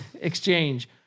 exchange